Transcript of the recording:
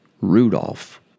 Rudolph